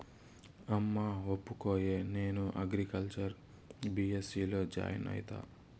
అమ్మా ఒప్పుకోయే, నేను అగ్రికల్చర్ బీ.ఎస్.సీ లో జాయిన్ అయితా